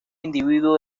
individuo